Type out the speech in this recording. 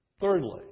Thirdly